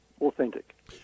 authentic